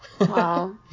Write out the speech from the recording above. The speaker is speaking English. Wow